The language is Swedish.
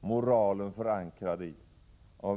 moralen förankrad i.